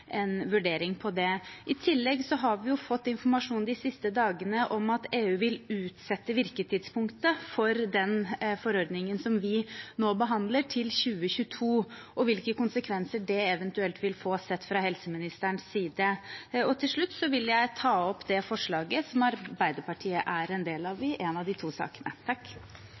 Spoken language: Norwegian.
en vurdering av det. I tillegg har vi de siste dagene fått informasjon om at EU vil utsette virketidspunktet for den forordningen vi nå behandler, til 2022, og jeg vil gjerne høre hvilke konsekvenser det eventuelt vil få, sett fra helseministerens side. Til slutt vil jeg ta opp det forslaget som Arbeiderpartiet er med på i